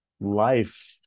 life